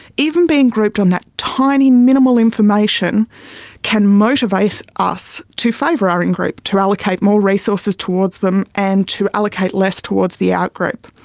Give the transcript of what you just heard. even being grouped on that tiny, minimal information can motivate us to favour our in-group, to allocate more resources towards them and to allocate less towards the out-group.